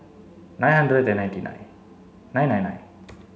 nine hundred and ninety nine nine nine nine